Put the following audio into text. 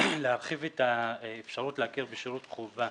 להרחיב את האפשרות להכיר בשירות חובה